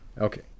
Okay